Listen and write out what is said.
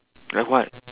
like what